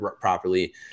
properly